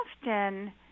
often